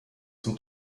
zum